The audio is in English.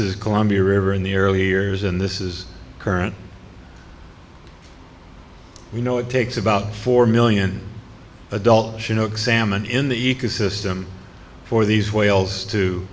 is columbia river in the early years and this is current you know it takes about four million adult chinook salmon in the ecosystem for these whales to